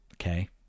Okay